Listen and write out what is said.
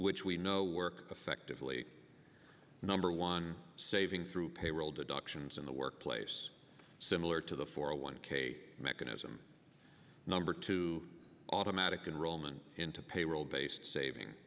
which we know work effectively number one saving through payroll deductions in the workplace similar to the four hundred one k mechanism number two automatic enrollment into payroll based saving